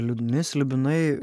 liūdni slibinai